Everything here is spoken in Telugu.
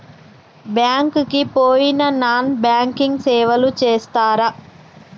బ్యాంక్ కి పోయిన నాన్ బ్యాంకింగ్ సేవలు చేస్తరా?